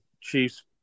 Chiefs